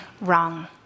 wrong